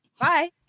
Bye